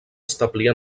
establir